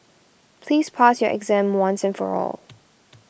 please pass your exam once and for all